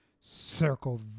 Circle